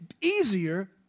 easier